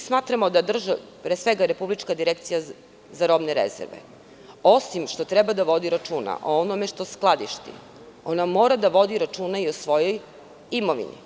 Smatramo da Republička direkcija za robne rezerve, osim što treba da vodi računa o onome što skladišti, ona mora da vodi računa o svojoj imovini,